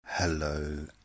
Hello